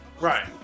right